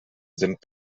sind